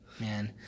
Man